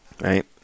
Right